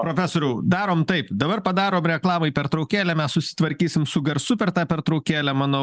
profesoriau darom taip dabar padarom reklamai pertraukėlę mes susitvarkysim su garsu per tą pertraukėlę manau